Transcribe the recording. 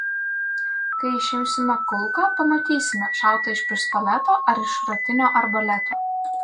kai išimsime kulką pamatysime šauta iš pistoleto ar iš šratinio arbaleto